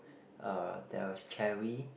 uh there was cherry